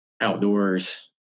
outdoors